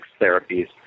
therapies